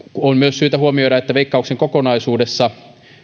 syytä huomioida että veikkauksen kokonaisuudessa